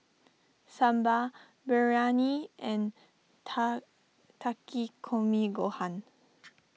Sambar Biryani and Takikomi Gohan